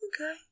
Okay